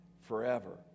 forever